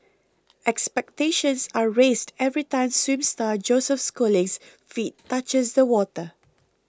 expectations are raised every time swim star Joseph Schooling's feet touches the water